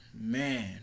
man